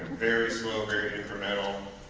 very slow very incremental.